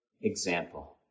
example